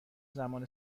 زمان